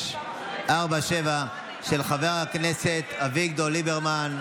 2647, של חבר הכנסת אביגדור ליברמן.